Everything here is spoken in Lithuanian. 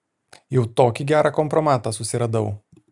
jau tokį gerą kompromatą susiradau